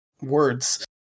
words